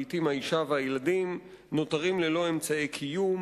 לעתים האשה והילדים נותרים ללא אמצעי קיום.